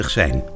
zijn